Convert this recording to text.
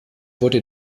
wurde